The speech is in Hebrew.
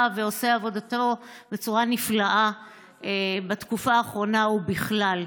ועושה עבודתו בצורה נפלאה בתקופה האחרונה ובכלל.